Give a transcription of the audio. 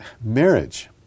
marriage